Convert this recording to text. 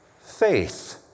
faith